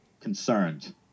concerned